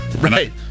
right